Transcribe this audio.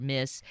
Miss